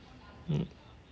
mm